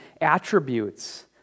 attributes